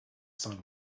sun